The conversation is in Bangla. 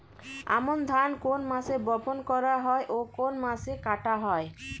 আমন ধান কোন মাসে বপন করা হয় ও কোন মাসে কাটা হয়?